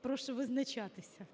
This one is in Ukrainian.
прошу визначатися.